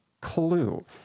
clue